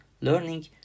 learning